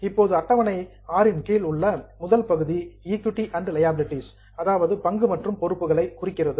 இப்போது அட்டவணை VI இன் கீழ் உள்ள முதல் பகுதி ஈகுட்டி அண்ட் லியாபிலிடீஸ் பங்கு மற்றும் பொறுப்புகளை குறிக்கிறது